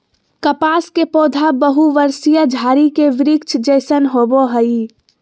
कपास के पौधा बहुवर्षीय झारी के वृक्ष जैसन होबो हइ